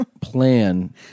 plan